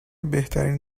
بهترین